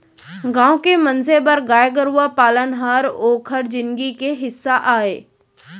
गॉँव के मनसे बर गाय गरूवा पालन हर ओकर जिनगी के हिस्सा अय